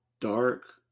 Dark